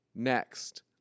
Next